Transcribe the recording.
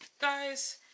guys